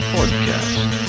Podcast